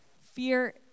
Fear